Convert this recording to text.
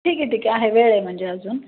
ठीक आहे ठीक आहे वेळ आहे म्हणजे अजून